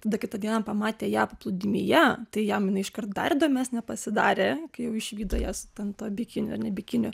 tada kitą dieną pamatė ją paplūdimyje tai jam jinai iškart dar įdomesnė pasidarė kai išvydo ją su ten tuo bikiniu ar ne bikiniu